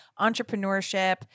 entrepreneurship